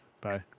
Bye